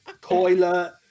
toilet